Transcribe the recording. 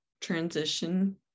transition